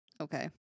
Okay